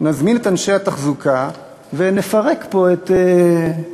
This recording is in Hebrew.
נזמין את אנשי התחזוקה ונפרק פה את המנורה.